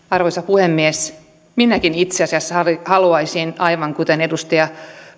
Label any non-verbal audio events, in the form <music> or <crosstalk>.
<unintelligible> arvoisa puhemies minäkin itse asiassa haluaisin aivan kuten edustaja